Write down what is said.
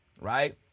right